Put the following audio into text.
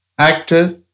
actor